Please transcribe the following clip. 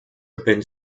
open